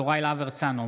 יוראי להב הרצנו,